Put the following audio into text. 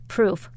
Proof